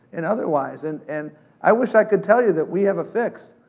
and otherwise. and and i wish i could tell you that we have a fix.